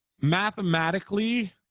mathematically